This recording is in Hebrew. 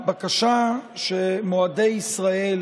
הבקשה שמועדי ישראל